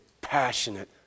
passionate